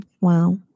Wow